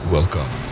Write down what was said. Welcome